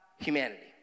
Humanity